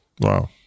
Wow